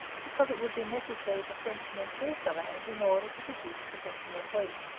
because it would be necessary to fence and improve the land in order to produce the bushel of wheat.